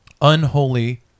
unholy